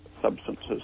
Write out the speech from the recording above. substances